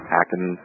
acting